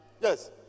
Yes